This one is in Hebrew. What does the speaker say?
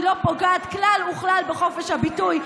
היא לא פוגעת כלל וכלל בחופש הביטוי.